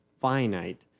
finite